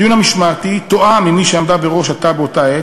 הדיון המשמעתי תואם עם מי שעמדה בראש התא באותה העת,